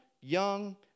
young